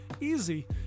Easy